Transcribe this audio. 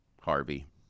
Harvey